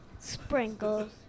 Sprinkles